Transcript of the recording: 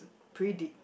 predict